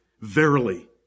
verily